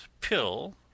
pill